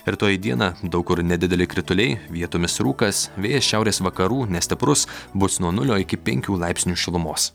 rytoj dieną daug kur nedideli krituliai vietomis rūkas vėjas šiaurės vakarų nestiprus bus nuo nulio iki penkių laipsnių šilumos